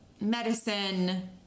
medicine